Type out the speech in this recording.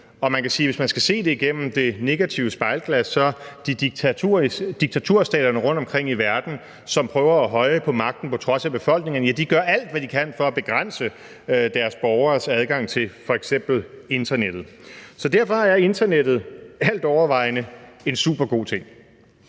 hvis man skal se det igennem det negative spejlglas, at diktaturstaterne rundtomkring i verden, som prøver at holde på magten på trods af befolkningerne, gør alt, hvad de kan, for at begrænse deres borgeres adgang til f.eks. internettet. Så derfor er internettet altovervejende en supergod ting.